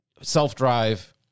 self-drive